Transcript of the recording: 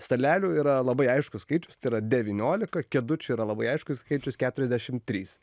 stalelių yra labai aiškus skaičius tai yra devyniolika kėdučių yra labai aiškus skaičius keturiasdešim trys